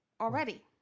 already